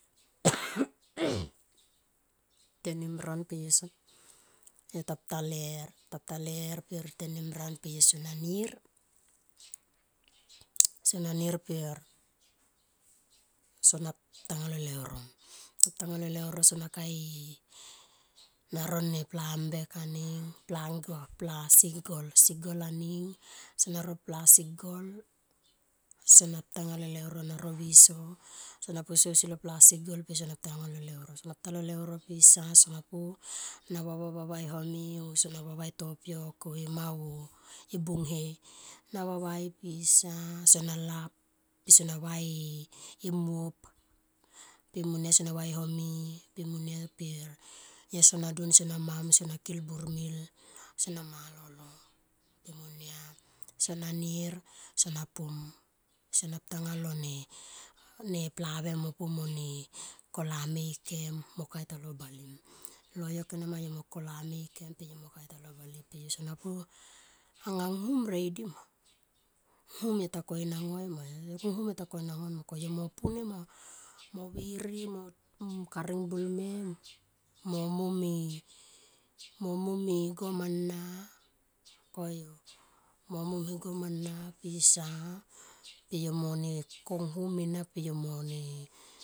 tenimran per yo sona ta pu ta ler per tenimran per yo sona nir sona per sona putanga lo leuro so ha putanga lo leuro sona kae e na no ne pla mbek aning pla ngol pla sigol sigol aning sona ro pla sigol so na putanga lo leuro sona ro viso so na posie ausi lo pla sikgol per sona putanga lo leuro sona putanga lo leuro pisa sona pu vavae home o sona vavae topiok o e mao o e bunghe na vavai pisa per sona lap per sona vae muop pe ne monia so sona vae home pe monia per yo sona dun sona mam sona kil burmil sona malolo per monia sona nir per sona pum, sona putanga lo ne plave mone pu mone kolameikem mo kae talo bale loyok enima yo mone kolameikem mo kae talo bale per yo sona pu anga nghum reidi ma nghum yo ta koinanson ma nghum yotakoinanson ma ko yo mo pu ne ma moviri mo karingbulme mo mome, mo mone gomana koyu mo mom e gom ana pisa peyomone konghum ana per yo mone.